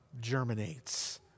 germinates